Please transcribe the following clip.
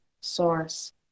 source